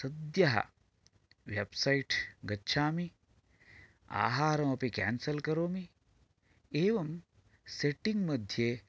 सद्यः वेब्सैट् गच्छामि आहारमपि केन्सल् करोमि एवं सेटिङ्ग् मध्ये